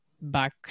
back